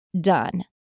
done